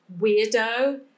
weirdo